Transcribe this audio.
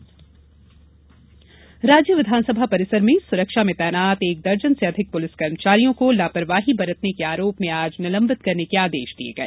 police कर्मी निलंबित राज्य विधानसभा परिसर में सुरक्षा में तैनात एक दर्जन से अधिक पुलिस कर्मचारियों को लापरवाही बरतने के आरोप में आज निलंबित करने के आदेश दिए गए